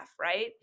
right